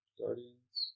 guardians